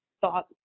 thought